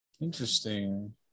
interesting